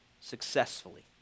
successfully